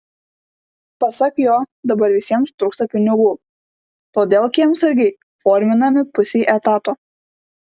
pasak jo dabar visiems trūksta pinigų todėl kiemsargiai forminami pusei etato